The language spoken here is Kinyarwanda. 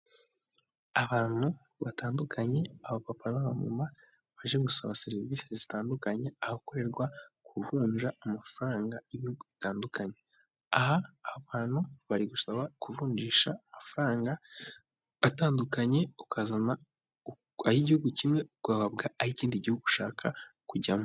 Abantu batandukanye abapapa n'abamama baje gusaba serivisi zitandukanye ahakorerwa kuvunja amafaranga y'ibihugu bitandukanye, aha abantu bari gusaba kuvunjisha amafaranga atandukanye ukazana ay'igihugu kimwe ugahabwa ay' ikindi gihugu ushaka kujyamo.